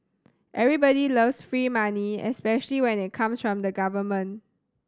everybody loves free money especially when it comes from the government